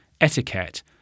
etiquette